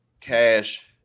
cash